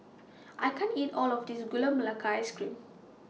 I can't eat All of This Gula Melaka Ice Cream